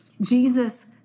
Jesus